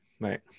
Right